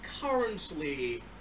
currently